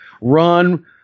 run